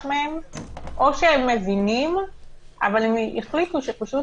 מהם או שהם מבינים אבל הם החליטו שפשוט